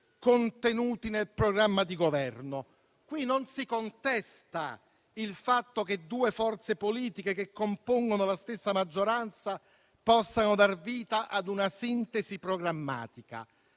contenuti nel programma di Governo. Qui non si contesta il fatto che due forze politiche che compongono la stessa maggioranza possano dar vita a una sintesi programmatica.